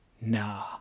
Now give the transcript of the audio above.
nah